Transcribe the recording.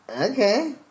okay